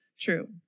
true